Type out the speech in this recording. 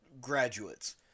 graduates